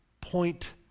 point